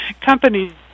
companies